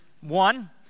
One